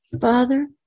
Father